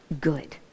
good